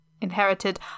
inherited